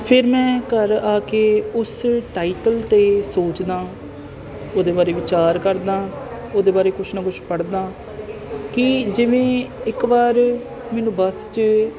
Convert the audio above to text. ਫਿਰ ਮੈਂ ਘਰ ਆ ਕੇ ਉਸ ਟਾਈਟਲ 'ਤੇ ਸੋਚਦਾ ਉਹਦੇ ਬਾਰੇ ਵਿਚਾਰ ਕਰਦਾ ਉਹਦੇ ਬਾਰੇ ਕੁਛ ਨਾ ਕੁਛ ਪੜ੍ਹਦਾ ਕਿ ਜਿਵੇਂ ਇੱਕ ਵਾਰ ਮੈਨੂੰ ਬਸ 'ਚ